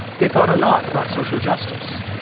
they thought a lot about social justice,